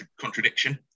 contradiction